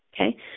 okay